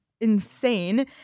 insane